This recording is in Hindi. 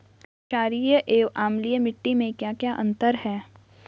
छारीय एवं अम्लीय मिट्टी में क्या क्या अंतर हैं?